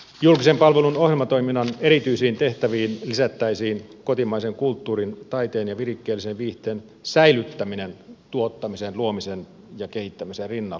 julkisen palvelun ohjelmatoiminnan erityisiin tehtäviin lisättäisiin kotimaisen kulttuurin taiteen ja virikkeellisen viihteen säilyttäminen tuottamisen luomisen ja kehittämisen rinnalla